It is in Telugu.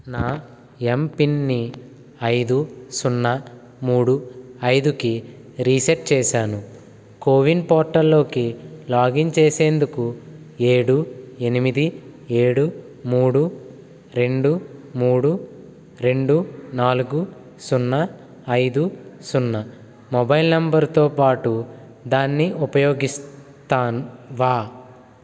నా ఎంపిన్ని ఐదు సున్నా మూడు ఐదుకి రీసెట్ చేశాను కోవిన్ పోర్టల్లోకి లాగిన్ చేసేందుకు ఏడు ఎనిమిది ఏడు మూడు రెండు మూడు రెండు నాలుగు సున్నా ఐదు సున్నా మొబైల్ నెంబరుతో పాటు దాన్ని ఉపయోగిస్తాను వా